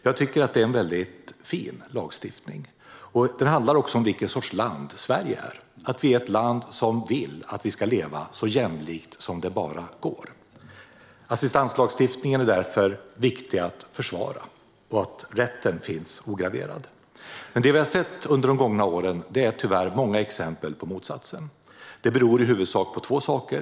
Jag tycker att detta är en fin lagstiftning. Den handlar också om vilken sorts land Sverige är. Vi är ett land som vill att vi ska leva så jämlikt som det bara går. Assistanslagstiftningen är därför viktig att försvara. Det är viktigt att rätten finns ograverad. Men det vi har sett under de gångna åren är tyvärr många exempel på motsatsen. Det beror i huvudsak på två saker.